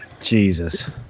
Jesus